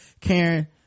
karen